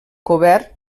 cobert